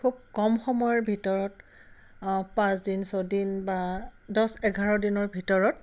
খুব কম সময়ৰ ভিতৰত পাঁচদিন ছয়দিন বা দহ এঘাৰ দিনৰ ভিতৰত